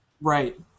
right